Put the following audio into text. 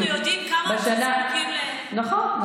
אנחנו יודעים כמה זקוקים להם, נכון.